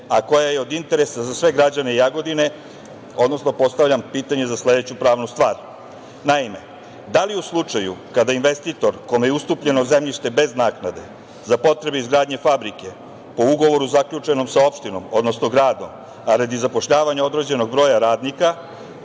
a koje je od interesa za sve građane Jagodine, odnosno postavljam pitanje za sledeću pravnu stvar. Naime, da li u slučaju kada investitor kome je ustupljeno zemljište bez naknade za potrebe izgradnje fabrike po ugovoru zaključenom sa opštinom, odnosno gradom, a radi zapošljavanja određenog broja radnika,